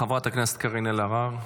חברת הכנסת קארין אלהרר,